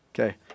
Okay